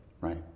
Right